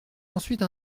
ensuite